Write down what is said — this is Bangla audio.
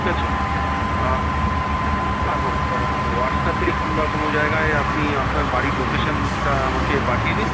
ঠিক আছে হোয়াটসঅ্যাপে কিংবা কোনো জায়গায় আপনি আপনার বাড়ির লোকেশানটা আমাকে পাঠিয়ে দিন